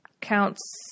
counts